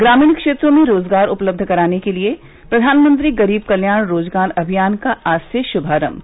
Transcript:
ग्रामीण क्षेत्रों में रोजगार उपलब्ध कराने के लिए प्रधानमंत्री गरीब कल्याण रोजगार अभियान का आज से शुभारंभ